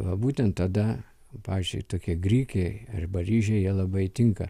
va būtent tada pavyzdžiui tokie grikiai arba ryžiai jie labai tinka